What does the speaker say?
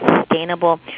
sustainable